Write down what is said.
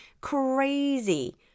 crazy